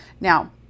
Now